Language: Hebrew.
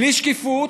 בלי שקיפות,